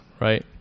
right